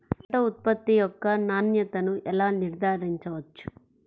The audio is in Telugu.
పంట ఉత్పత్తి యొక్క నాణ్యతను ఎలా నిర్ధారించవచ్చు?